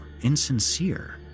insincere